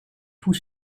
tout